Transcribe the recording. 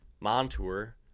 Montour